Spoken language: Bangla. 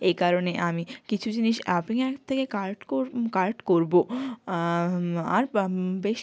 এই কারণে আমি কিছু জিনিস আপিং অ্যাক্ট থেকে কার্ট কর কার্ট করবো আর বেশ